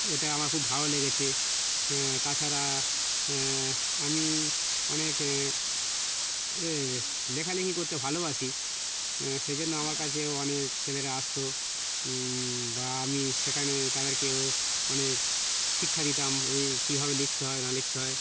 এটা আমার খুব ভালো লেগেছে তাছাড়া আমি অনেক এ লেখালেখি করতে ভালোবাসি সেই জন্য আমার কাছেও অনেক ছেলেরা আসত বা আমি সেখানে তাদেরকেও অনেক শিক্ষা দিতাম এই কীভাবে লিখতে হয় না লিখতে হয়